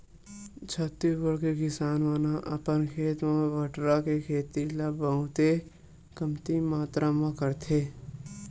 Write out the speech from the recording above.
छत्तीसगढ़ के किसान मन ह अपन खेत म बटरा के खेती ल बहुते कमती मातरा म करथे